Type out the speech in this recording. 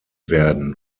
werden